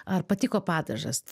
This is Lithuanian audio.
ar patiko padažas